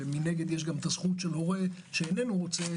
מנגד יש גם זכות של הורה שאינו רוצה,